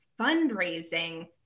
fundraising